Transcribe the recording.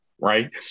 right